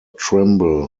trimble